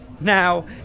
now